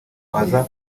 waza